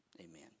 Amen